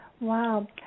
Wow